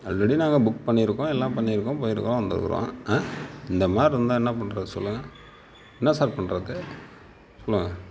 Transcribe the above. already நாங்கள் book பண்ணி இருக்கோம் எல்லாம் பண்ணி இருக்கோம் போயி இருக்கோம் வந்து இருக்குறோம் ஆ இந்தமாதிரி இருந்தா என்ன பண்ணுறது சொல்லுங்கள் என்ன சார் பண்ணுறது சொல்லுங்கள்